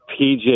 PJ